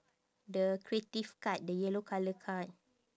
the creative card the yellow colour card